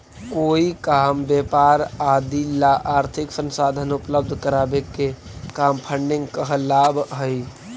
कोई काम व्यापार आदि ला आर्थिक संसाधन उपलब्ध करावे के काम फंडिंग कहलावऽ हई